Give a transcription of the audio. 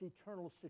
eternal